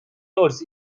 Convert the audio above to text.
roads